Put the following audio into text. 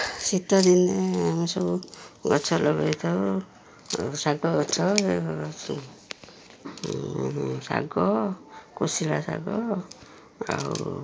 ଶୀତଦିନେ ଆମେ ସବୁ ଗଛ ଲଗେଇଥାଉ ଆଉ ଶାଗ ଗଛ ଶାଗ କୋଶଳା ଶାଗ ଆଉ